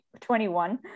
21